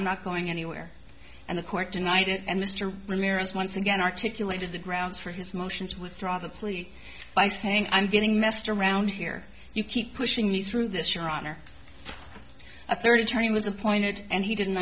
i'm not going anywhere and the court tonight and mr ramirez once again articulated the grounds for his motion to withdraw the plea by saying i'm getting messed around here you keep pushing me through this your honor a third attorney was appointed and he didn't